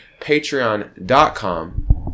patreon.com